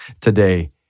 today